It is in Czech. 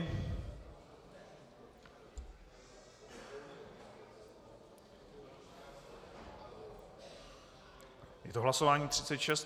Je to hlasování 36.